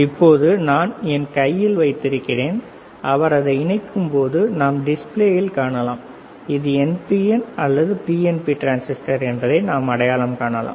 இப்போது நான் என் கையில் வைத்திருக்கிறேன் அவர் அதை இணைக்கும் போது நாம் டிஸ்ப்ளேவில் காணலாம் இது NPN அல்லது PNP டிரான்சிஸ்டர் என்பதை நாம் அடையாளம் காணலாம்